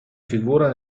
figura